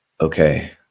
okay